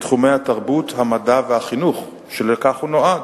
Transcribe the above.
בתחומי התרבות, המדע והחינוך, שלכך הוא נועד.